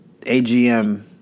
AGM